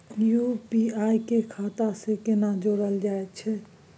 UPI के खाता सं केना जोरल जाए छै?